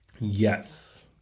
Yes